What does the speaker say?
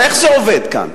הרי איך זה עובד כאן?